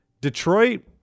Detroit